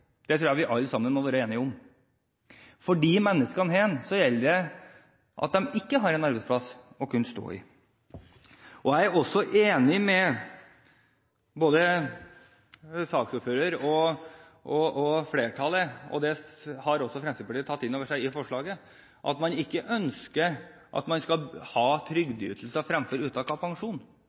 Det tror jeg vi alle sammen må være enige om. For disse menneskene gjelder det at de ikke har arbeid å stå i. Jeg er enig med både saksordføreren og flertallet i – og det har også Fremskrittspartiet tatt inn over seg i forslaget – at man ikke ønsker at man skal ha trygdeytelser fremfor uttak av pensjon.